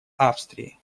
австрии